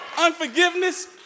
Unforgiveness